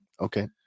okay